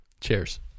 Cheers